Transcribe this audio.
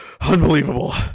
Unbelievable